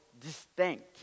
distinct